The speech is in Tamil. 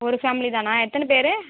ஒரு ஃபேமிலி தானா எத்தனை பேர்